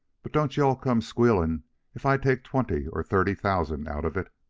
but don't you-all come squealing if i take twenty or thirty thousand out of it.